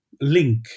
link